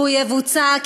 והוא יבוצע,